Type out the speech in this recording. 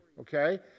okay